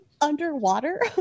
underwater